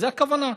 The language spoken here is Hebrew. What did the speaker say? זו הכוונה,